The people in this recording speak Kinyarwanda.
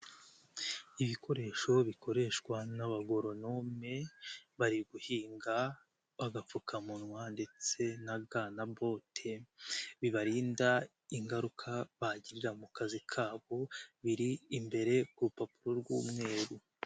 Ibikoresho bikoreshwa n'abagoronome bari guhinga; agapfukamunwa ndetse na ga na bote, bibarinda ingaruka bagirarira mu kazi kabo biri imbere ku rupapuro rw'umweru.